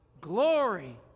Glory